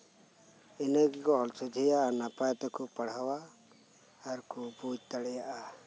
ᱤᱱᱟᱹ ᱜᱮᱠᱚ ᱚᱞ ᱥᱚᱡᱷᱮᱭᱟ ᱟᱨ ᱱᱟᱯᱟᱭ ᱛᱮᱠᱚ ᱯᱟᱲᱦᱟᱣᱟ ᱟᱨ ᱠᱚ ᱵᱩᱡ ᱫᱟᱲᱮᱭᱟᱜᱼᱟ